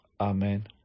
Amen